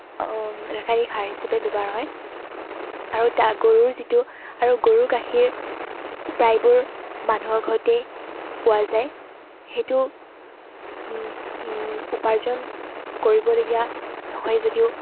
ৰাসায়নিক সাৰ হিচাপে ব্যৱহাৰ হয় আৰু তা গৰুৰ যিটো গৰুৰ গাখীৰ প্ৰায়বোৰ মানুহৰ ঘৰতেই পোৱা যায় সেইটো উপাৰ্জন কৰিবলগীয়া নহয় যদিও